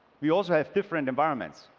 we also have different environments.